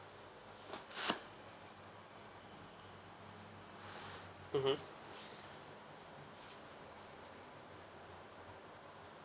mmhmm